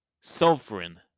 Sovereign